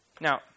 Now